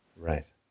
Right